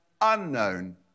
unknown